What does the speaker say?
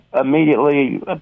immediately